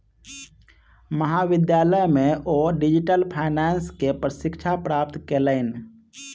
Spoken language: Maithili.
महाविद्यालय में ओ डिजिटल फाइनेंस के शिक्षा प्राप्त कयलैन